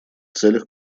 целях